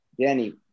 Danny